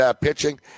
pitching